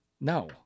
No